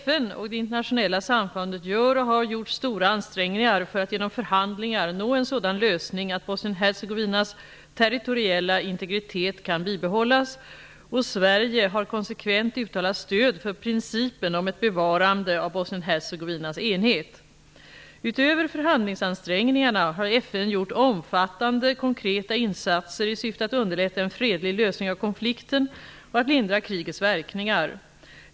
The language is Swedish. FN och det internationella samfundet gör och har gjort stora ansträngningar för att genom förhandlingar nå en sådan lösning att Bosnien Hercegovinas territoriella integritet kan bibehållas, och Sverige har konsekvent uttalat stöd för principen om ett bevarande av Bosnien Hercegovinas enhet. Utöver förhandlingsansträngningarna har FN gjort omfattande konkreta insatser i syfte att underlätta en fredlig lösning av konflikten och att lindra krigets verkningar.